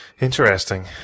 Interesting